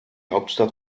hauptstadt